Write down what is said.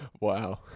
Wow